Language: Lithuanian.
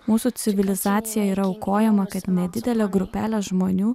mūsų civilizacija yra aukojama kad nedidelė grupelė žmonių